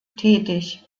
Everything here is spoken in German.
tätig